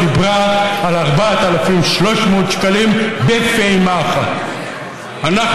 דיברה על 4,300 שקלים בפעימה אחת,